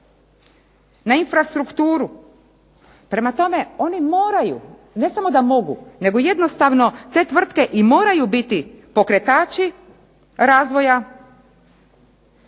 na infrastrukturu. Prema tome, oni moraju ne samo da mogu jednostavno te tvrtke i moraju biti pokretači razvoja